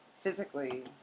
physically